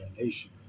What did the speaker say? Nation